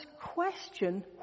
question